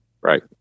Right